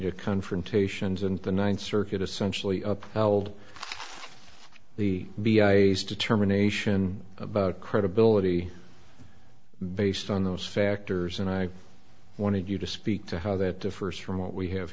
to confrontations and the ninth circuit essentially up elde the b i determination about credibility based on those factors and i wanted you to speak to how that differs from what we have